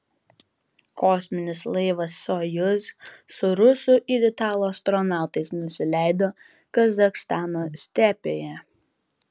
kosminis laivas sojuz su rusų ir italų astronautais nusileido kazachstano stepėje